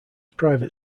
private